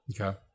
Okay